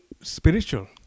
spiritual